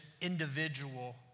individual